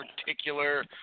particular